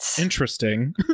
interesting